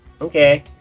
Okay